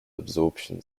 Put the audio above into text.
absorption